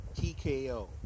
TKO